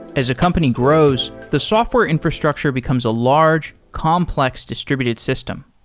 as a company grows, the software infrastructure becomes a large, complex distributed system.